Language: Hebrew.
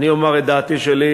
אני אומר את דעתי שלי.